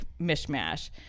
mishmash